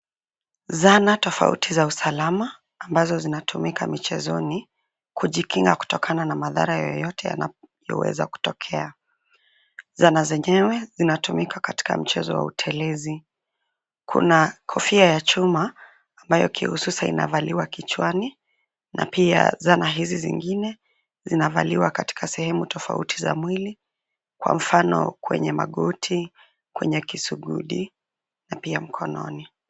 Zana tofauti za usalama ambazo zinatumika michezoni, kujikinga kutokana na madhara yoyote yanayoweza kutokea. Zana zenyewe zinatumika katika michezo ya utelezi. Kuna kofia ya chuma ambayo kihususa inavaliwa kichwani na pia zana hizi zingine zinavaliwa katika sehemu tofauti za mwili; kwa mfano, kwenye magoti, kwenye kisugudi na pia mkononi.